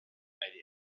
had